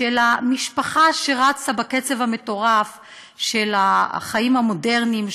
של המשפחה שרצה בקצב המטורף של החיים המודרניים,